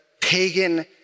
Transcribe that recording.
pagan